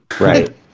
Right